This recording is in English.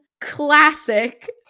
classic